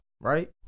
Right